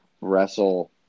wrestle